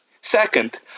Second